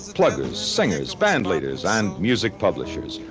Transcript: pluggers, singers, bandleaders and music publishers,